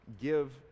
give